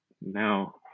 now